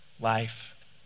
life